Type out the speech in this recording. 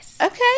Okay